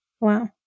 Wow